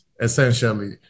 Essentially